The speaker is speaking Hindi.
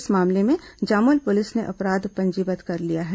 इस मामले में जामुल पुलिस ने अपराध पंजीबद्ध कर लिया है